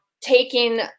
taking